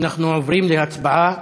כדי שנוכל לקבל את כל, בסדר, כלכלה.